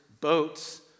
boats